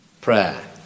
Prayer